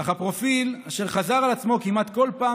אך הפרופיל אשר חזר על עצמו כמעט כל פעם